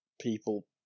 people